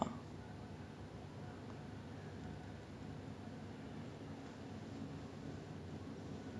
ya but like நா பொறந்த:naa porantha time around ya when a wa~ நா வந்து:naa vanthu two thousands பொறந்த:porantha so when two thousands there was so many new actors coming up